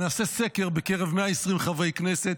נעשה סקר בקרב 120 חברי כנסת,